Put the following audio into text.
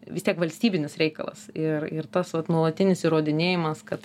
vis tiek valstybinis reikalas ir ir tas vat nuolatinis įrodinėjimas kad